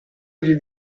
gli